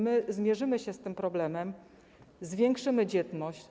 My zmierzymy się z tym problemem, zwiększymy dzietność.